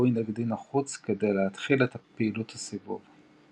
היגוי נגדי נחוץ כדי להתחיל את פעולת הסיבוב.